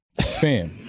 Fam